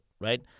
right